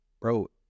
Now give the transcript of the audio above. bro